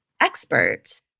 expert